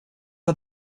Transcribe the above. att